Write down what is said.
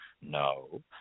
No